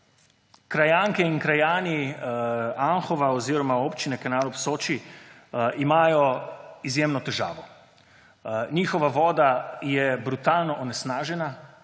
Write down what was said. Krajanke in krajani Anhovega oziroma Občine Kanal ob Soči imajo izjemno težavo. Njihova voda je brutalno onesnažena,